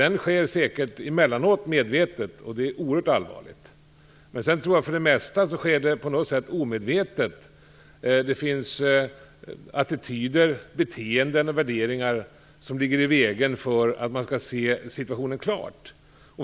Den sker säkert emellanåt medvetet, och det är oerhört allvarligt. Men för det mesta tror jag att den på något sätt sker omedvetet. Det finns attityder, beteenden och värderingar som ligger i vägen för att man skall se situationen klart.